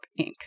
Inc